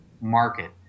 market